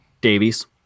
Davies